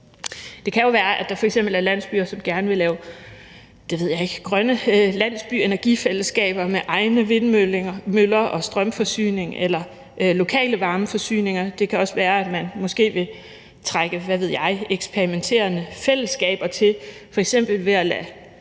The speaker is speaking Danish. ved jeg ikke – at der f.eks. er landsbyer, som gerne vil lave grønne landsbyenergifællesskaber med egne vindmøller og strømforsyning eller lokale varmeforsyninger. Det kan også være, at man måske vil trække eksperimenterende fællesskaber til, f.eks. ved at lade